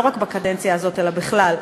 לא רק בקדנציה הזאת אלא בכלל.